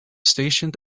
stationed